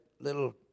little